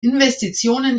investitionen